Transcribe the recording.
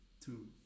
Two